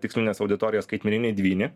tikslinės auditorijos skaitmeninį dvynį